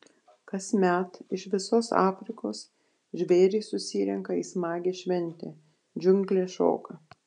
kasmet iš visos afrikos žvėrys susirenka į smagią šventę džiunglės šoka